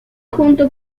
junto